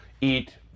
eat